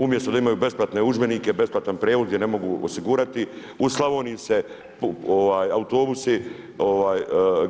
Umjesto da imaju besplatne udžbenike, besplatan prijevoz jer ne mogu osigurati, u Slavoniji se autobusi,